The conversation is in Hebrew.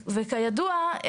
וכידוע,